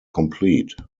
complete